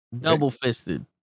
Double-fisted